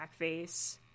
blackface